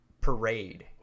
parade